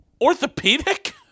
orthopedic